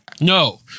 No